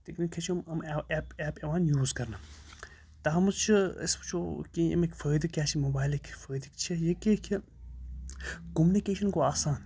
تہٕ وٕنۍکٮ۪س چھِ یِم یِم اٮ۪پ اٮ۪پ یِوان یوٗز کَرنہٕ تَتھ منٛز چھُ أسۍ وٕچھو کیٚنٛہہ اَمِکۍ فٲیدٕ کیٛاہ چھِ موبایلٕکۍ فٲیدٕ چھِ یہِ کہِ کہِ کوٚمنِکیشَن گوٚو آسان